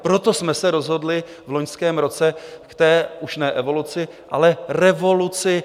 Proto jsme se rozhodli v loňském roce k té už ne evoluci, ale revoluci.